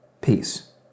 peace